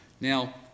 Now